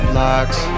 locks